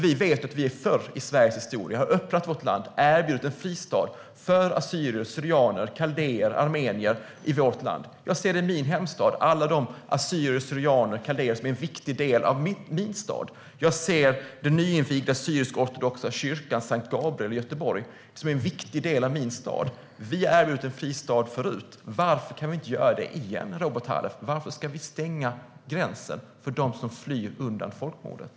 Vi vet att vi förr i Sveriges historia har öppnat vårt land och erbjudit en fristad för assyrier, syrianer, kaldéer och armenier i vårt land. Jag ser i min hemstad alla de assyrier, syrianer och kaldéer som är en viktig del av min stad. Jag ser den nyinvigda syrisk-ortodoxa kyrkan S:t Gabriel i Göteborg som är en viktig del av min stad. Vi har erbjudit en fristad förut. Varför kan vi inte göra det igen, Robert Halef? Varför ska vi stänga gränsen för dem som flyr utan folkmordet?